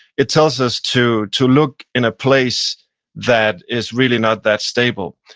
it tells us to to look in a place that is really not that stable.